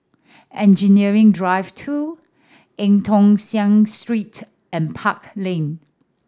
Engineering Drive Two Eu Tong Sen Street and Park Lane